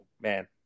man